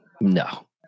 No